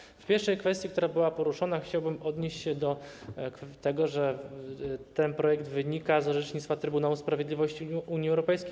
W przypadku pierwszej kwestii, która była poruszona, chciałbym odnieść się do tego, że ten projekt wynika z orzecznictwa Trybunału Sprawiedliwości Unii Europejskiej.